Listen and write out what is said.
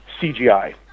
CGI